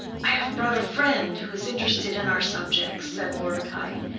i have brought a friend who is interested in our subjects, said mordecai.